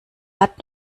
hat